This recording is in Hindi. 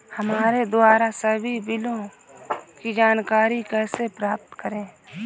हमारे द्वारा सभी बिलों की जानकारी कैसे प्राप्त करें?